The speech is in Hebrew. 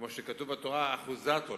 כמו שכתוב בתורה, "אחוזת עולם".